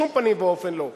בשום פנים ואופן לא.